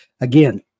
Again